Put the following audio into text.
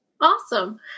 awesome